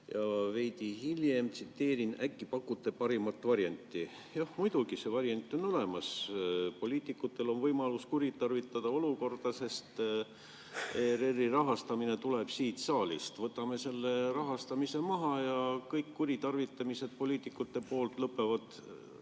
veidi hiljem (tsiteerin), et äkki pakute paremat varianti. Jah, muidugi, see variant on olemas. Poliitikutel on võimalus kuritarvitada olukorda, sest ERR‑i rahastamine tuleb siit saalist. Võtame selle rahastamise maha ja kõik kuritarvitamised poliitikute poolt lõpevad